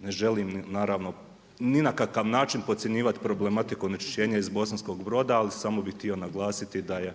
Ne želim, naravno ni na kakav način podcjenjivat problematiku onečišćenje iz Bosanskog Broda, ali samo bih htio naglasiti da je